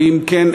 ואם כן,